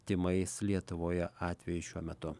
tymais lietuvoje atvejų šiuo metu